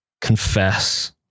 confess